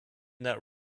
that